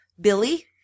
Billy